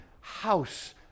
house